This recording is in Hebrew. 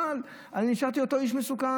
אבל אני נשארתי אותו איש מסוכן,